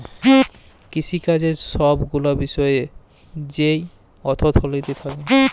কিসিকাজের ছব গুলা বিষয় যেই অথ্থলিতি থ্যাকে